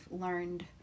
learned